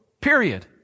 period